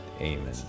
Amen